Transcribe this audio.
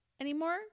anymore